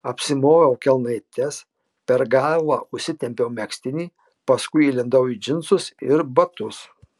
apsimoviau kelnaites per galvą užsitempiau megztinį paskui įlindau į džinsus ir batus